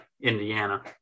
Indiana